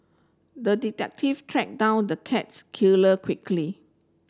the detective tracked down the cats killer quickly